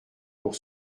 pour